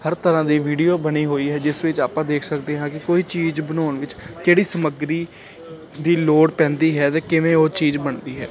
ਹਰ ਤਰ੍ਹਾਂ ਦੀ ਵੀਡੀਓ ਬਣੀ ਹੋਈ ਹੈ ਜਿਸ ਵਿੱਚ ਆਪਾਂ ਦੇਖ ਸਕਦੇ ਹਾਂ ਕਿ ਕੋਈ ਚੀਜ਼ ਬਣਾਉਣ ਵਿੱਚ ਕਿਹੜੀ ਸਮੱਗਰੀ ਦੀ ਲੋੜ ਪੈਂਦੀ ਹੈ ਅਤੇ ਕਿਵੇਂ ਉਹ ਚੀਜ਼ ਬਣਦੀ ਹੈ